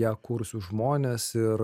ją kūrusius žmones ir